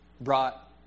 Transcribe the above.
brought